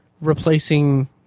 replacing